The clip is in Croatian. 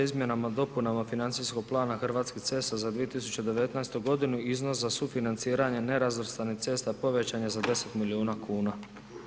Izmjenama, dopunama financijskog plana Hrvatskih cesta za 2019. iznos za sufinanciranje nerazvrstanih cesta povećan je za 10 milijuna kuna.